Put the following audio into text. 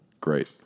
Great